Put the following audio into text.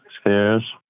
stairs